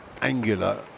angular